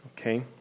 okay